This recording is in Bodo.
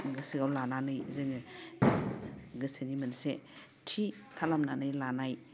गोसोआव लानानै जोङो गोसोनि मोनसे थि खालामनानै लानाय